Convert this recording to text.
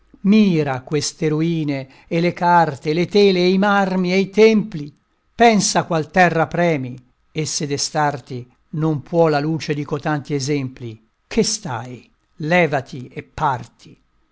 mira queste ruine e le carte e le tele e i marmi e i templi pensa qual terra premi e se destarti non può la luce di cotanti esempli che stai levati e parti